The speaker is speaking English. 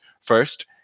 first